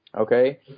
okay